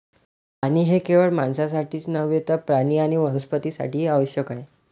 पाणी हे केवळ माणसांसाठीच नव्हे तर प्राणी आणि वनस्पतीं साठीही आवश्यक आहे